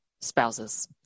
spouses